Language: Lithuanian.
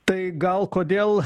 tai gal kodėl